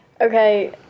Okay